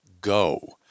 go